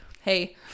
hey